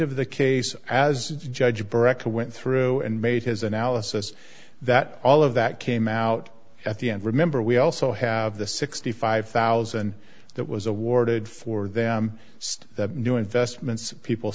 of the case as judge director went through and made his analysis that all of that came out at the end remember we also have the sixty five thousand that was awarded for them sed that new investments people